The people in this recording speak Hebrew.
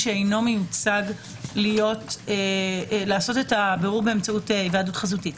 שאינו מיוצג לעשות את הבירור באמצעות היוועדות חזותית.